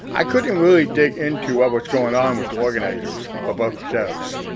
i couldn't really dig into what was going on with the organizers for both shows.